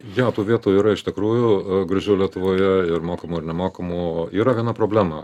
jo tų vietų yra iš tikrųjų gražių lietuvoje ir mokamų ir nemokamų yra viena problema